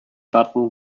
button